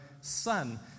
son